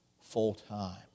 full-time